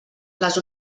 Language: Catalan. les